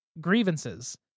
grievances